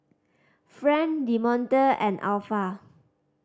Friend Demonte and Alpha